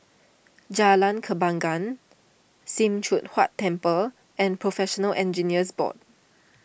Jalan Kembangan Sim Choon Huat Temple and Professional Engineers Board